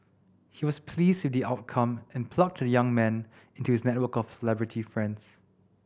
he was pleased with the outcome and plugged the young man into his network of celebrity friends